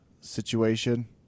situation